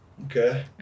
Okay